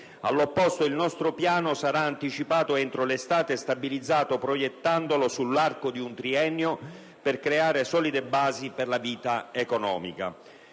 All'opposto, il nostro piano sarà anticipato entro l'estate e stabilizzato, proiettandolo sull'arco di un triennio, per creare solide basi per la vita economica».